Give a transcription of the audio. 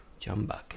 Jumbuck